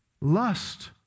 Lust